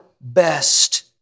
best